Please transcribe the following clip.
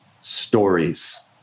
stories